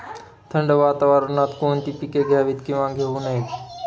थंड वातावरणात कोणती पिके घ्यावीत? किंवा घेऊ नयेत?